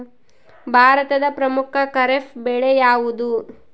ಭಾರತದ ಪ್ರಮುಖ ಖಾರೇಫ್ ಬೆಳೆ ಯಾವುದು?